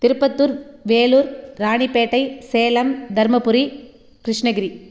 Tirupattur Vellore Ranipet Salem Dharmapuri Krishnagiri